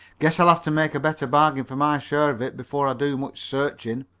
guess i'll have to make a better bargain for my share of it before i do much searching,